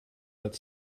but